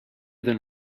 than